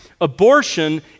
abortion